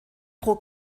pro